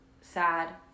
sad